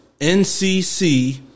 ncc